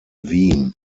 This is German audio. wien